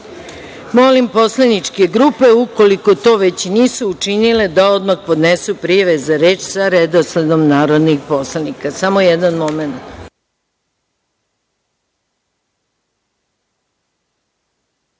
redu. Molim poslaničke grupe, ukoliko to već nisu učinile, da odmah podnesu prijave za reč sa redosledom narodnih poslanika. Izvinjavam se,